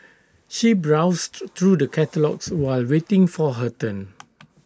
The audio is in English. she browsed through the catalogues while waiting for her turn